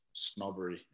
snobbery